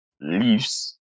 leaves